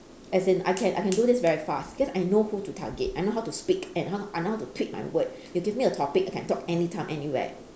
as in I can I can do this very fast because I know who to target I know how to speak I know I know how to tweak my word you give me a topic I can talk any time anywhere